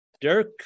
Dirk